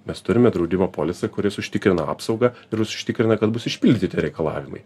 mes turime draudimo polisą kuris užtikrina apsaugą ir jis užtikrina kad bus išpildyti reikalavimai